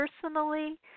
personally